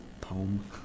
poem